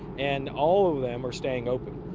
and all of them are staying open.